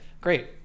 great